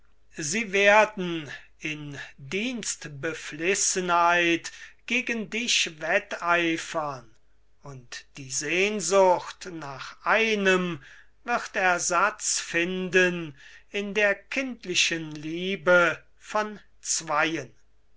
sie werden in dienstbeflissenheit gegen dich wetteifern und die sehnsucht nach einem wird ersatz finden in der kindlichen liebe von zweien